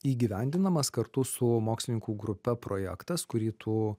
įgyvendinamas kartu su mokslininkų grupe projektas kurį tu